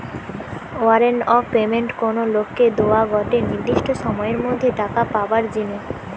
warrant of payment কোনো লোককে দোয়া গটে নির্দিষ্ট সময়ের মধ্যে টাকা পাবার জিনে